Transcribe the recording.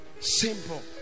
Simple